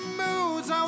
moods